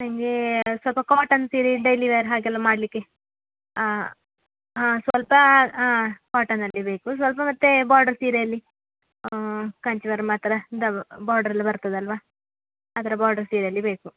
ನನಗೆ ಸ್ವಲ್ಪ ಕಾಟನ್ ಸೀರೆ ಡೈಲಿ ವೇರ್ ಹಾಗೆಲ್ಲ ಮಾಡಲಿಕ್ಕೆ ಹಾಂ ಹಾಂ ಸ್ವಲ್ಪ ಹಾಂ ಕಾಟನಲ್ಲಿ ಬೇಕು ಸ್ವಲ್ಪ ಮತ್ತು ಬಾರ್ಡರ್ ಸೀರೆಯಲ್ಲಿ ಕಾಂಜೀವರಮ್ ಆ ಥರದ ಬಾರ್ಡರೆಲ್ಲ ಬರ್ತದಲ್ಲವಾ ಆ ಥರ ಬಾರ್ಡರ್ ಸೀರೆಯಲ್ಲಿ ಬೇಕು